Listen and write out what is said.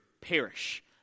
perish